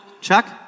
Chuck